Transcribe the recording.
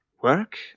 Work